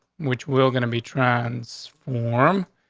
which will gonna be trans form,